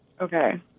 Okay